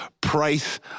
price